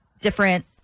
different